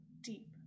deep